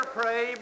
pray